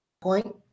Point